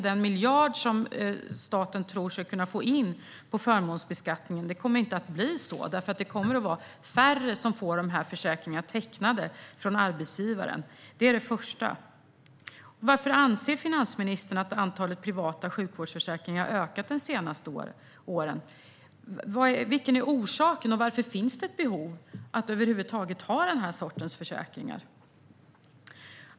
Den miljard som staten tror sig få in på förmånsbeskattning kommer inte att bli verklighet, för det kommer att bli färre som får dessa försäkringar tecknade av arbetsgivaren. Varför, menar finansministern, att antalet privata sjukvårdsförsäkringar har ökat de senaste åren - vilken är orsaken, och varför finns det ett behov av att över huvud taget ha den här sortens försäkringar?